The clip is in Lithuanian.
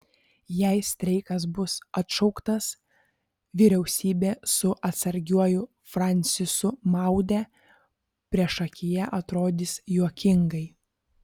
jei streikas bus atšauktas vyriausybė su atsargiuoju francisu maude priešakyje atrodys juokingai